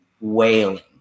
wailing